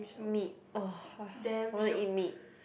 meat oh !wah! I want to eat meat